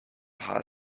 hot